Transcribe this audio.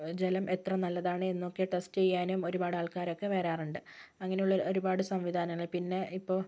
ജലം എത്ര നല്ലതാണ് എന്നൊക്കെ ടെസ്റ്റ് ചെയ്യാനും ഒരുപാട് ആൾക്കാരൊക്കെ വരാറുണ്ട് അങ്ങനെയുള്ള ഒരുപാട് സംവിധാനങ്ങൾ പിന്നെ ഇപ്പോൾ